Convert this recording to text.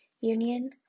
union